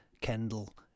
Kendall